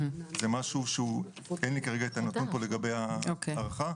זה דבר שאין לי נתון לגביו,